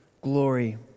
glory